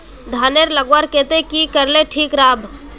धानेर लगवार केते की करले ठीक राब?